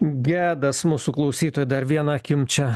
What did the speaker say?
gedas mūsų klausytoją dar viena akim čia